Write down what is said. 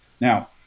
Now